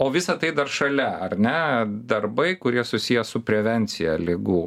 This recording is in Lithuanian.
o visa tai dar šalia ar ne darbai kurie susiję su prevencija ligų